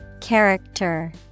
Character